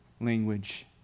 language